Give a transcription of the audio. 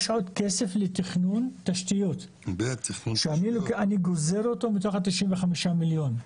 יש עוד כסף לתכנון תשתיות שאני גוזר אותו מותך ה-95 מיליון.